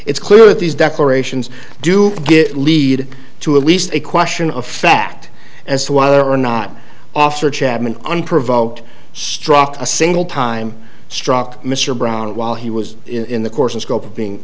it's clear that these declarations do get lead to at least a question of fact as to why there are not officer chapman unprovoked struck a single time struck mr brown while he was in the course and scope of being